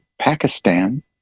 pakistan